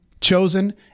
chosen